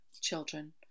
children